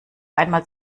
einmal